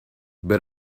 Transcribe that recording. but